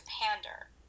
pander